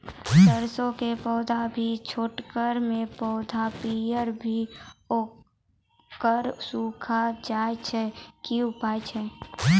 सरसों के पौधा भी छोटगरे मे पौधा पीयर भो कऽ सूख जाय छै, की उपाय छियै?